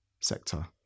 sector